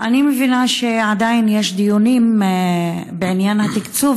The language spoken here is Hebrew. אני מבינה שיש עדיין דיונים בעניין התקצוב,